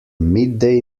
midday